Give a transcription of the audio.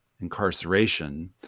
incarceration